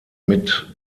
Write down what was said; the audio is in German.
mit